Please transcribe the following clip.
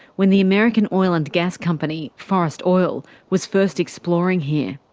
when the american oil and gas company, forest oil, was first exploring here.